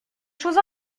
choses